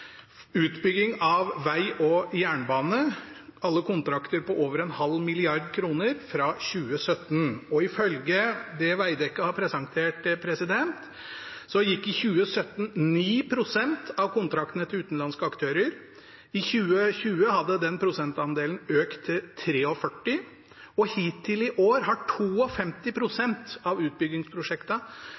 utbygging av veg og jernbane – alle kontrakter på over en halv milliard kroner fra 2017. Ifølge det Veidekke har presentert, gikk i 2017 9 pst. av kontraktene til utenlandske aktører. I 2020 hadde den prosentandelen økt til 43, og hittil i år har 52 pst. av